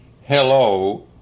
hello